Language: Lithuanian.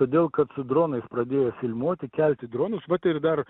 todėl kad su dronais pradėjo filmuoti kelti dronus vat ir dar